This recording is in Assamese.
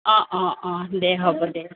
অঁ অঁ অঁ দে হ'ব দে